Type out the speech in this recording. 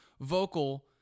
vocal